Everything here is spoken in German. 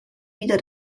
wieder